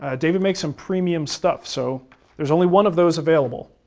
ah david makes some premium stuff, so there's only one of those available.